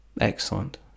Excellent